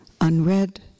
unread